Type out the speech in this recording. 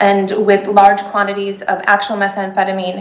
and with large quantities of actual methamphetamine